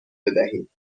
بدهیم